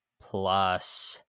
plus